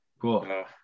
cool